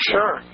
Sure